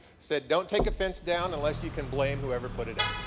said, don't take a fence down unless you can blame whoever put it up.